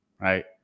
right